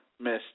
missed